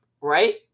Right